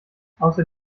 außer